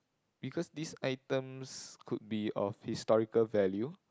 because these items could be of historical value